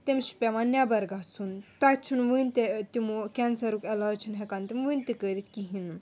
تٔمِس چھُ پٮ۪وان نٮ۪بَر گژھُن تَتہِ چھُنہٕ وٕنہِ تہِ تِمو کینسَرُک علاج چھُنہٕ ہٮ۪کان تِم وٕنہِ تہِ کٔرِتھ کِہیٖنۍ نہٕ